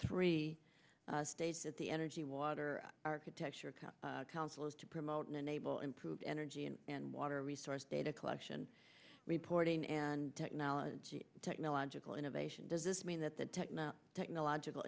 three states at the energy water architecture council is to promote an enable improved energy and water resource data collection reporting and technology technological innovation does this mean that the technology technological